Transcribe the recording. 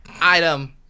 item